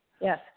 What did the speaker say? Yes